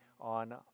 on